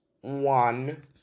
one